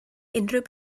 unrhyw